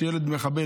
ילד מחבל,